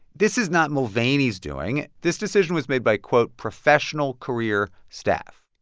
this is not mulvaney's doing. this decision was made by, quote, professional career staff.